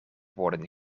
worden